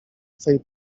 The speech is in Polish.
twej